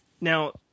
Now